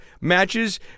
matches